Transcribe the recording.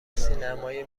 سینمای